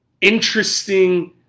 interesting